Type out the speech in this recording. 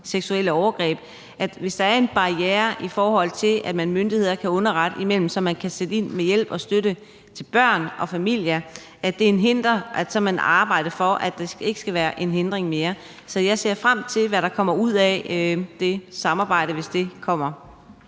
seksuelle overgreb – og der er en barriere for, at man myndighederne imellem kan underrette hinanden, så man kan sætte ind med hjælp og støtte til børn og familier, altså hvis der er noget, der hindrer det, så arbejder man for, at det ikke mere skal være en hindring. Så jeg ser frem til, hvad der kommer ud af det samarbejde, hvis det kommer.